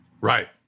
Right